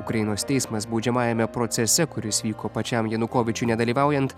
ukrainos teismas baudžiamajame procese kuris vyko pačiam janukovyčiui nedalyvaujant